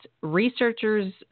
researchers